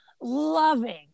loving